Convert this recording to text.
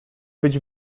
być